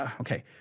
okay